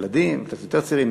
או ילדים קצת יותר צעירים,